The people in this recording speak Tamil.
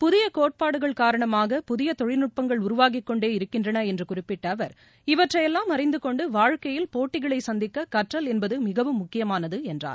புதிய கோட்பாடுகள் காரணமாக புதிய தொழில்நுட்பங்கள் உருவாகி கொண்டே இருக்கின்றன என்று குறிப்பிட்ட அவர் இவற்றையெல்லாம் அறிந்துகொண்டு வாழ்க்கையில் போட்டிகளை சந்திக்க கற்றல் என்பது மிகவும் முக்கியமானது என்றார்